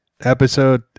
episode